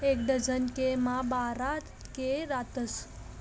एक डझन के मा बारा के रातस